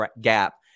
gap